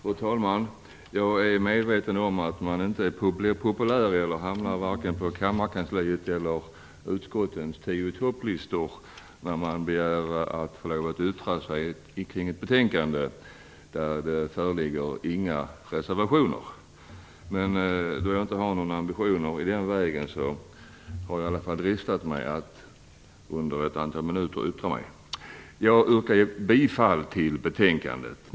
Fru talman! Jag är medveten om att man inte blir populär och att man varken hamnar på kammarkansliets eller utskottens tio-i-topp-listor när man begär att få yttra sig om ett betänkande där det inte föreligger några reservationer. Men då jag inte har några ambitioner i den vägen har jag dristat mig att yttra mig under ett antal minuter. Jag yrkar bifall till hemställan i betänkandet.